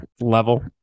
level